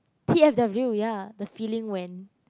T_F_W ya the feeling when